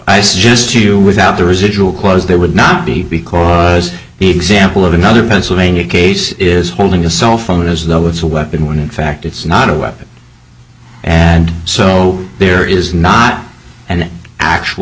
i suggest you without the residual cause there would not be because the example of another pennsylvania case is holding a cell phone as though it's a weapon when in fact it's not a weapon and so there is not an actual